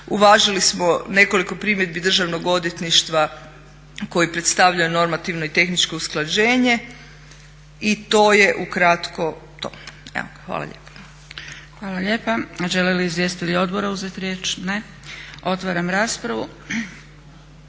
uvažili smo nekoliko primjedbi Državnog odvjetništva koji predstavljaju normativno i tehničko usklađenje. I to je ukratko to. Evo, hvala lijepa.